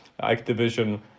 activision